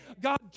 God